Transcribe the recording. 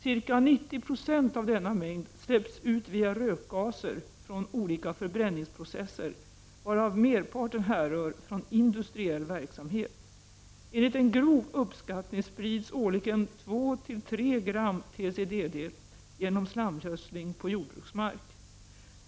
Ca 90 96 av denna mängd släpps ut via rökgaser från olika förbränningsprocesser, varav merparten härrör från industriell verksamhet. Enligt en grov uppskattning sprids årligen 2-3 gram TCDD genom slamgödsling på jordbruksmark.